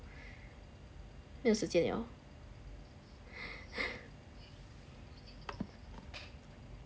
没有时间了